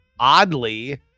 oddly